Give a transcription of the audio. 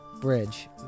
bridge